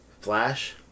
Flash